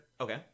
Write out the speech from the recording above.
Okay